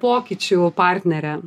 pokyčių partnerė